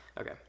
Okay